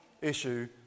issue